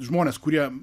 žmones kurie